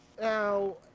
now